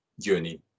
journey